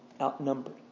outnumbered